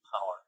power